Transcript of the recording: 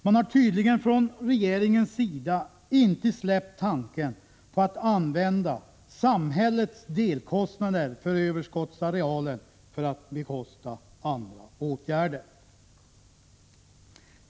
Man har tydligen från regeringens sida inte släppt tanken på att använda samhällets delkostnader för överskottsarealen för att bekosta andra åtgärder.